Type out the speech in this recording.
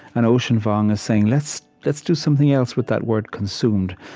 and ocean vuong is saying, let's let's do something else with that word, consumed.